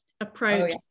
approach